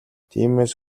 тиймээс